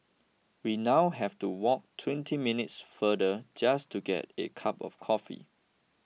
we now have to walk twenty minutes farther just to get a cup of coffee